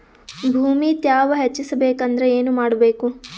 ಭೂಮಿ ತ್ಯಾವ ಹೆಚ್ಚೆಸಬೇಕಂದ್ರ ಏನು ಮಾಡ್ಬೇಕು?